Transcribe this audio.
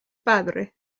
padre